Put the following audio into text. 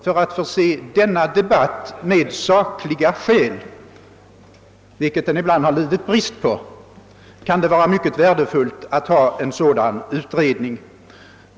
För att förse debatten med sakliga skäl — vilka den ibland lidit brist på — kan det vara mycket värdefullt att företa en sådan utredning.